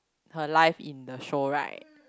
her life in the show right